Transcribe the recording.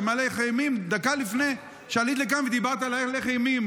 שהילך אימים דקה לפני שעלית לכאן ודיברת על להלך אימים,